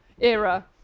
era